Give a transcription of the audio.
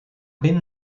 ben